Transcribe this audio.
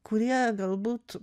kurie galbūt